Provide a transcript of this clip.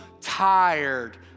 tired